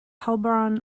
heilbronn